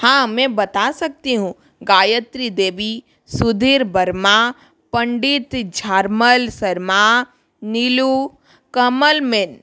हाँ मैं बता सकती हूँ गायत्री देवी सुधीर बर्मा पंडित झारमल शर्मा नीलू कमल मेन